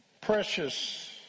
Precious